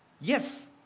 Yes